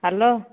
hello